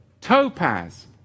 topaz